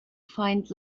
find